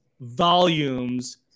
volumes